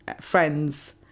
Friends